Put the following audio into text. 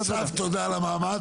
טוב, אוקיי, אסף, תודה על המאמץ.